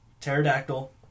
Pterodactyl